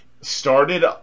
started